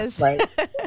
Right